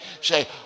Say